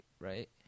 Right